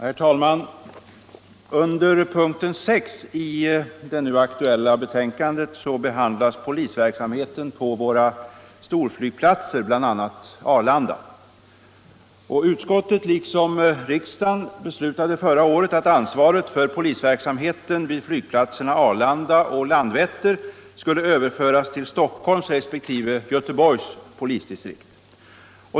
Herr talman! Under punkten 6 i det nu aktuella betänkandet behandlas polisverksamheten på våra storflygplatser, bl.a. Arlanda. Utskottet tillstyrkte och riksdagen beslutade förra året att ansvaret för polisverksamheten vid flygplatserna Arlanda och Landvetter skulle överföras till Stockholms resp. Göteborgs polisdistrikt.